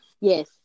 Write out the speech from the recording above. Yes